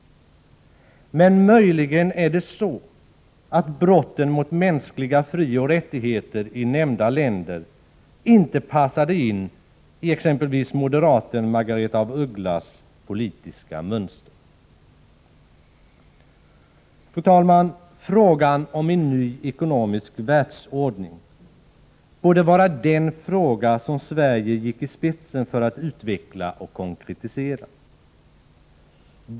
Men möjligen är det så att brotten mot mänskliga frioch rättigheter i nämnda länder inte passade in i exempelvis moderaten Margaretha af Ugglas politiska mönster. Fru talman! Frågan om en ny ekonomisk världsordning borde vara den fråga som Sverige gick i spetsen för att utveckla och konkretisera.